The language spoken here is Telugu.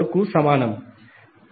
కు సమానం